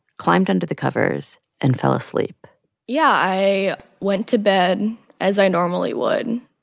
climbed under the covers and fell asleep yeah. i went to bed as i normally would.